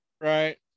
Right